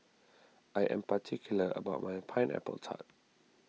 I am particular about my Pineapple Tart